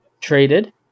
traded